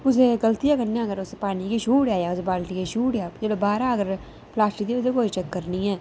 कुसै गल्तिया कन्नै अगर पानी गी छूई ओड़ेआ जां उस बाल्टिया ई छूई ओड़ेआ जेल्लै बाह्रा अगर प्लास्टिक दी ते कोई चक्कर निं ऐ